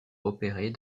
opérer